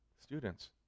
Students